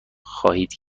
خواهید